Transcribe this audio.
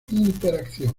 interacción